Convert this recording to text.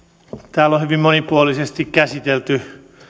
täällä on hyvin monipuolisesti käsitelty